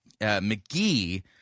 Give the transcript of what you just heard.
McGee